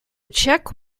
check